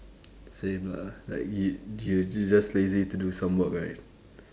same lah like it you're just lazy to do some work right